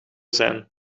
zijn